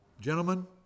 Gentlemen